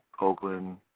Oakland